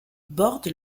borde